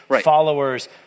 followers